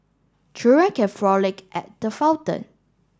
children can frolic at the fountain